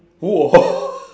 !wah!